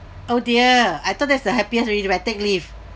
oh dear I thought that's the happiest already to me I'll take leave